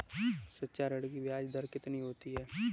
शिक्षा ऋण की ब्याज दर कितनी होती है?